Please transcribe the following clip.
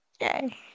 Yay